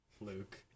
Luke